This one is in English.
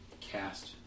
cast